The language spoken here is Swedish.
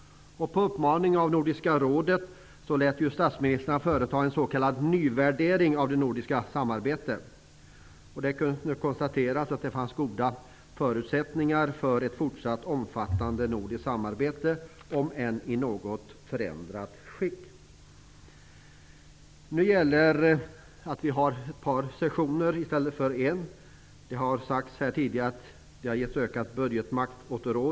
På Nordiska rådets uppmaning lät statsministrarna företa en s.k. nyvärdering av det nordiska samarbetet. Det kunde konstateras att det fanns goda förutsättningar för ett fortsatt omfattande nordiskt samarbete, om än i något förändrat skick. Vad som nu gäller är att vi har ett par sessioner i stället för bara en. Det har här tidigare sagts att rådet fått ökad budgetmakt.